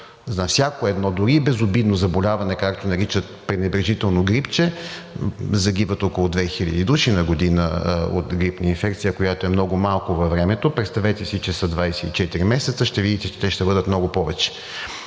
на всяко едно дори и безобидно заболяване, както го наричат пренебрежително грипче, загиват около две хиляди души на година от грипна инфекция, която е много малко във времето. Представете си, че са 24 месеца и ще видите, че те ще бъдат много повече.